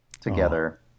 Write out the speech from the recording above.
together